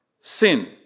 Sin